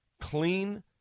clean